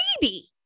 baby